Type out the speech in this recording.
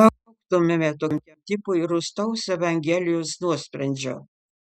lauktumėme tokiam tipui rūstaus evangelijos nuosprendžio